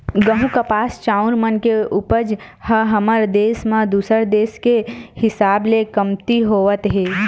गहूँ, कपास, चाँउर मन के उपज ह हमर देस म दूसर देस के हिसाब ले कमती होवत हे